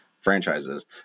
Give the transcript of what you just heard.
franchises